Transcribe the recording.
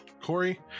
Corey